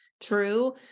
true